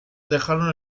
dejaron